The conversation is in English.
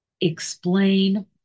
Explain